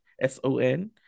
S-O-N